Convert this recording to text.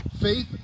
faith